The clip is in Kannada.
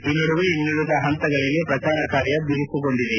ಈ ನಡುವೆ ಇನ್ನುಳಿದ ಹಂತಗಳಿಗೆ ಪ್ರಚಾರ ಕಾರ್ಯ ಬಿರುಸುಗೊಂಡಿದೆ